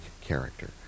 character